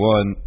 One